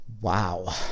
Wow